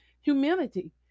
humility